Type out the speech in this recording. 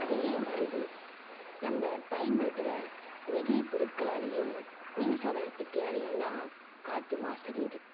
அது ஏன் வருது நம்ம பயன்படுத்துகிற நெகிழிப் பொருட்களாலையும் குளிர் சாதன பெட்டியாலையும் தான் காற்று மாசு அடையுது